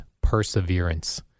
perseverance